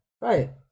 Right